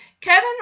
Kevin